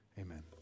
Amen